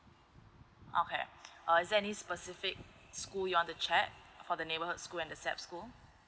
okay uh is there any specific school you want to check for the neighborhood school and the sap school